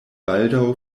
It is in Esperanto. baldaŭ